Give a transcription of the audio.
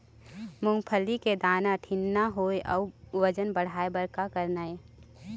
मूंगफली के दाना ठीन्ना होय अउ वजन बढ़ाय बर का करना ये?